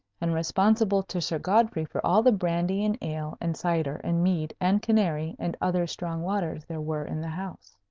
and responsible to sir godfrey for all the brandy, and ale, and cider, and mead, and canary, and other strong waters there were in the house.